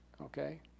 Okay